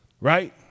Right